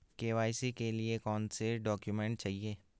KYC के लिए कौनसे डॉक्यूमेंट चाहिये?